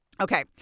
Okay